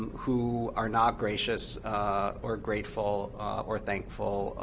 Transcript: who are not gracious or grateful or thankful,